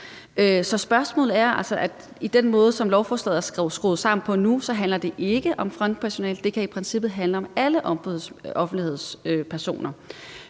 Så sagen er, at det med den måde, lovforslaget er skruet sammen på nu, ikke handler om frontpersonalet; det kan i princippet handle om alle offentlighedspersoner